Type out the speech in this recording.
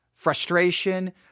frustration